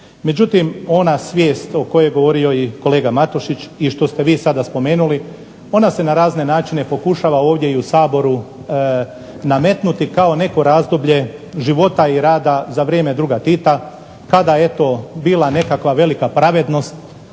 Međutim, ona svijest o kojoj je govorio kolega Matušić i što ste vi sada spomenuli, ona se na razne načine pokušava ovdje i u Saboru nametnuti kao neko razdoblje života i rada za vrijeme druga Tita, kada je eto bila neka velika pravednost